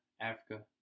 Africa